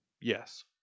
Yes